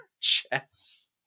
chess